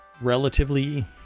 relatively